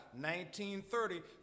1930